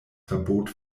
verbot